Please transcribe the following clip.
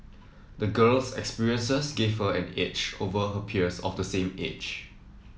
the girl's experiences gave her an edge over her peers of the same age